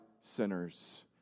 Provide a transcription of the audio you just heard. sinners